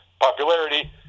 popularity